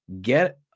get